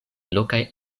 lokaj